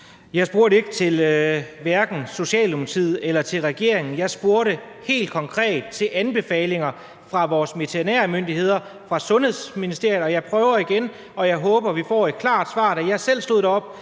Jeg spurgte hverken om Socialdemokratiet eller regeringen. Jeg spurgte helt konkret til anbefalinger fra vores veterinærmyndigheder og fra Sundhedsministeriet. Jeg prøver igen, og jeg håber, at vi får et klart svar. Da jeg selv stod oppe